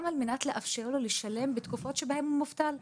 על מנת לאפשר לו לשלם בתקופות שבהן הוא מובטל.